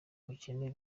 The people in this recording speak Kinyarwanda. bukene